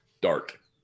dark